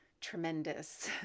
tremendous